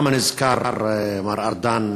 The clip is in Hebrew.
למה נזכר מר ארדן